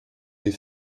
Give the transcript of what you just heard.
des